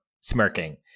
smirking